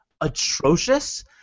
atrocious